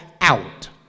out